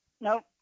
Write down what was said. Nope